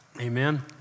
Amen